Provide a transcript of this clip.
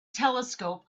telescope